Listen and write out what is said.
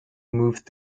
moved